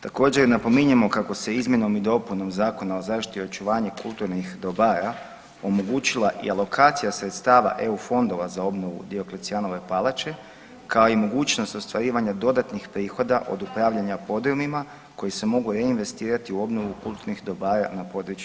Također napominjemo kako se izmjenom i dopunom Zakona o zaštiti očuvanja kulturnih dobara omogućila i alokacija sredstava eu fondova za obnovu Dioklecijanove palače kao i mogućnost ostvarivanja dodatnih prihoda od upravljana podrumima koji se mogu reinvestirati u obnovu kulturnih dobara na području grada Splita.